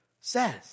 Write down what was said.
says